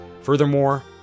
Furthermore